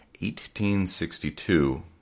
1862